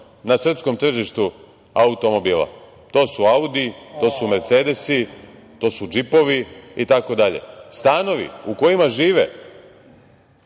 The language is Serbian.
na srpskom tržištu automobila, to su audi, mercedesi, to su džipovi itd. Stanovi u kojima žive